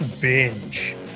Binge